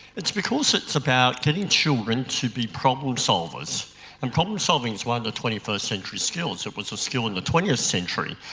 it's because it's about getting children to be problem solvers and problem solving is one of the twenty first century skills. it was a skill in the twentieth century.